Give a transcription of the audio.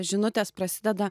žinutės prasideda